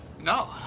No